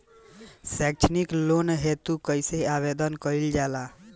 सैक्षणिक लोन हेतु कइसे आवेदन कइल जाला?